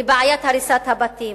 לבעיית הריסת הבתים.